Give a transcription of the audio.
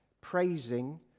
praising